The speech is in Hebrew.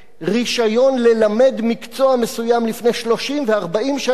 רשיון ללמד מקצוע מסוים לפני 30 ו-40 שנה,